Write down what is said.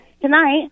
tonight